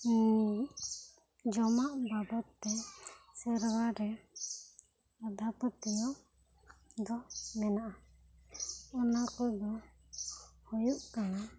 ᱡᱚᱢᱟᱜ ᱵᱟᱵᱚᱫ ᱛᱮ ᱥᱮᱨᱣᱟ ᱨᱮ ᱟᱫᱷᱟ ᱯᱷᱟᱹᱛᱤᱭᱟᱹᱣ ᱫᱚ ᱢᱮᱱᱟᱜ ᱟ ᱚᱱᱟ ᱠᱚᱫᱚ ᱦᱩᱭᱩᱜ ᱠᱟᱱᱟ